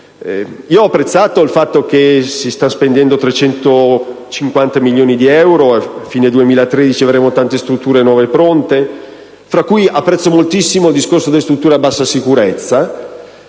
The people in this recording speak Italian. Ho apprezzato il fatto che si stanno spendendo 350 milioni di euro e che, a fine 2013, avremo nuove strutture pronte; apprezzo moltissimo il discorso delle strutture a bassa sicurezza,